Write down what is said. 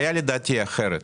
לדעתי הבעיה היא אחרת.